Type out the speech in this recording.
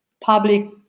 public